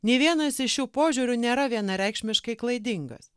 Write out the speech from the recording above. nei vienas iš šių požiūrių nėra vienareikšmiškai klaidingas